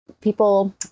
people